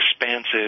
expansive